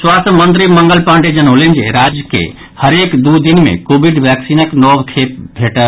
स्वास्थ्य मंत्री मंगल पांडेय जनौलनि जे राज्य के हरेक दू दिन मे कोविड वैक्सीनक नव खेप भेटत